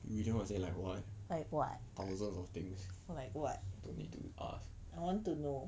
like what like what I want to know